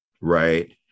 right